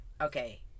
Okay